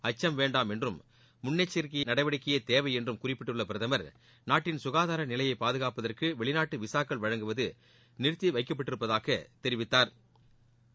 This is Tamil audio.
அச்சும் வேண்டாம் என்றும் முன்னெச்சிக்கை நடவடிக்கையே தேவை என்று குறிப்பிட்டுள்ள பிரதமா் நாட்டின் சுகாதார நிலையை பாதுகாப்பதற்கு வெளிநாட்டு விசாக்கள் வழங்குவது நிறுத்தப்பட்டிருப்பதாக தெரிவித்தாா்